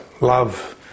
love